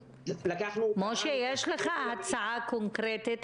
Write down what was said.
משה, יש לך הצעה קונקרטית?